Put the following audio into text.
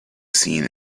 seen